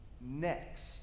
next